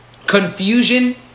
Confusion